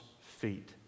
feet